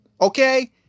Okay